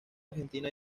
argentina